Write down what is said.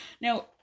Now